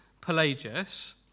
Pelagius